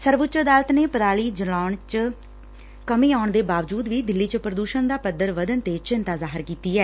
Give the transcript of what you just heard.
ਸਰਵਉੱਚ ਅਦਾਲਤ ਨੇ ਪਰਾਲੀ ਜਲਾਉਣ ਚ ਕਮੀ ਆਉਣ ਦੇ ਬਾਵਜੁਦ ਵੀ ਦਿੱਲੀ ਚ ਪ੍ਰਦੁਸਣ ਦਾ ਪੱਧਰ ਵੱਧਣ ਤੇ ਚਿੰਤਾ ਜਤਾਈ ਐ